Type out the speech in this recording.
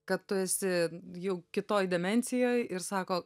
kad tu esi jau kitoj dimensijoj ir sako